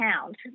count